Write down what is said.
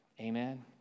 Amen